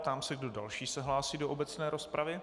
Ptám se, kdo další se hlásí do obecné rozpravy.